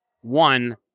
One